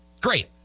Great